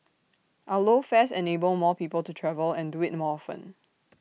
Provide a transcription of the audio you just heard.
our low fares enable more people to travel and do IT more often